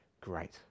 great